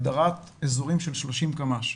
הגדרת אזורים של 30 קמ"ש,